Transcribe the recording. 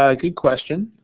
ah good question.